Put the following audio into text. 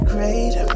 Great